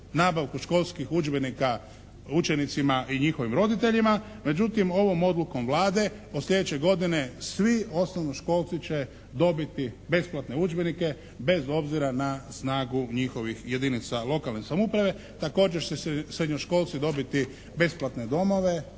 nabavku školskih udžbenika učenicima i njihovim roditeljima. Međutim ovom odlukom Vlade od sljedeće godine svi osnovnoškolsci će dobiti besplatne udžbenike bez obzira na snagu njihovih jedinica lokalne samouprave. Također će srednjoškolsci dobiti besplatne domove